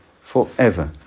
forever